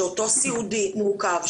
שאותו סיעודי מורכב,